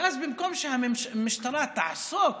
ובמקום שהמשטרה תעסוק